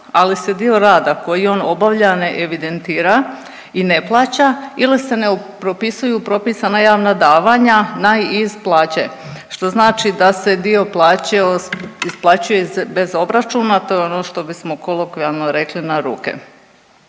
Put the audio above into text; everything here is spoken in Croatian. ali se dio rada koji on obavlja ne evidentira i ne plaća ili se ne propisuju propisana javna davanja na i iz plaće, što znači da se dio plaće isplaćuje bez obračuna, to je ono što bismo kolokvijalno rekli „na ruke“.